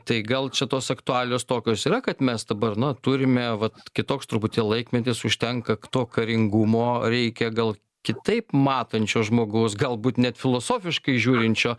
tai gal čia tos aktualijos tokios yra kad mes dabar na turime vat kitoks truputį laikmetis užtenka to karingumo reikia gal kitaip matančio žmogaus galbūt net filosofiškai žiūrinčio